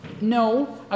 No